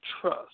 trust